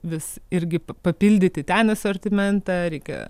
vis irgi papildyti ten asortimentą reikia